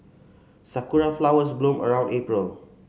sakura flowers bloom around April